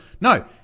No